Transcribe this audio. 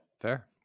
Fair